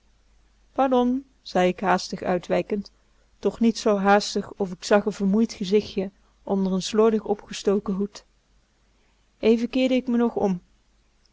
pardon zei k haastig uitwijkend toch niet zoo haastig of k zag n vermoeid gezichtje onder n slordig opgestoken hoed even keerde k me nog om